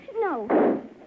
No